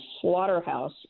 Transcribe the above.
slaughterhouse